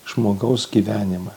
žmogaus gyvenimą